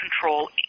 control